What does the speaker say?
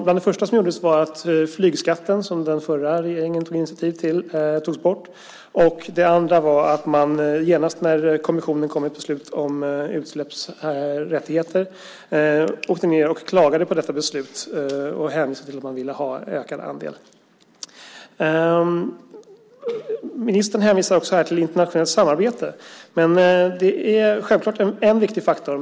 Bland det första som gjordes var att flygskatten, som den förra regeringen tog initiativ till, togs bort. Det andra var att man genast när kommissionen kom med ett beslut om utsläppsrättigheter åkte ned och klagade på detta beslut och hänvisade till att man ville ha ökad andel. Ministern hänvisar här också till internationellt samarbete. Det är självklart en viktig faktor.